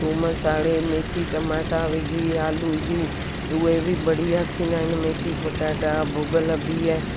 थूम साड़े मेथी टमाटा विझी आलू विझी उहे बि बढ़िया थींदा आहिनि मेथी पटाटा भुॻल बीह